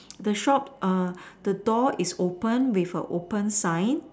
the shop err the door is open with a open sign